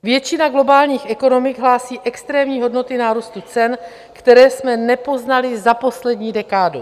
Většina globálních ekonomik hlásí extrémní hodnoty nárůstu cen, které jsme nepoznali za poslední dekádu.